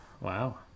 Wow